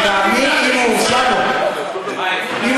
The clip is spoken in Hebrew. אם הורשע, לא.